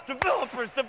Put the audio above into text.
developers